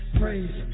praise